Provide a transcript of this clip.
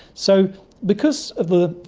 so because of the,